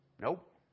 Nope